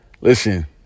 Listen